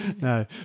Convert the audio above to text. No